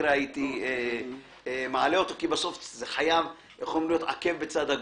וגם לא מכביד ובעל תועלת בטיחותית רבה לנראות של